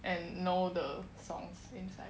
and know the songs inside